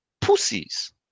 pussies